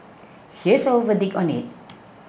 here's our verdict on it